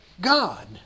God